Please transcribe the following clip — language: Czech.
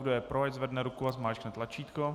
Kdo je pro, ať zvedne ruku a zmáčkne tlačítko.